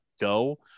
go